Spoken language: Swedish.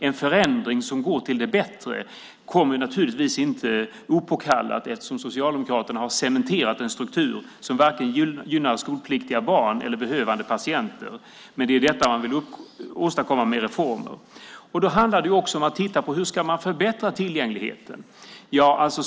En förändring som gör det bättre kommer naturligtvis inte opåkallat eftersom Socialdemokraterna har cementerat en struktur som varken gynnar skolpliktiga barn eller behövande patienter. Men det är detta man vill åstadkomma med reformer. Då handlar det också om att titta på hur man ska förbättra tillgängligheten.